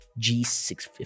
G650